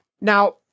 Now